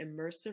immersive